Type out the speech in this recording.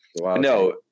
no